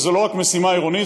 וזו לא רק משימה עירונית,